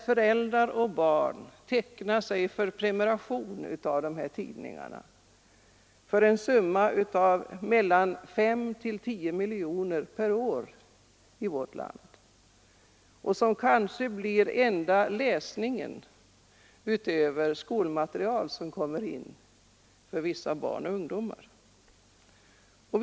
Föräldrar och barn och vårt land tecknar prenumerationer på dessa tidningar för mellan 5 och 10 miljoner kronor per år. Och detta kanske blir barnens enda läsning, utöver det skolmaterial som vissa barn och ungdomar har.